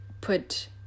put